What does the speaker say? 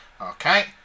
Okay